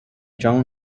john